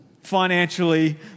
Financially